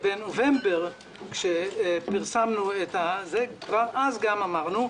בנובמבר כאשר פרסמנו את הנתונים, כבר אז אמרנו: